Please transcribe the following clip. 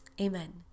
Amen